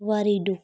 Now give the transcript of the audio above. ਵਾਰੀਡੋ